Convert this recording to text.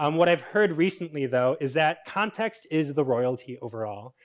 um what i've heard recently though is that context is the royalty overall.